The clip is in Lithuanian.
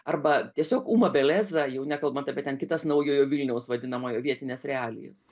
arba tiesiog umabeleza jau nekalbant apie ten kitas naujojo vilniaus vadinamojo vietines realijas